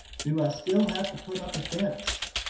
do i still have to put up a fence?